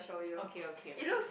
okay okay okay